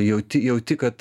jauti jauti kad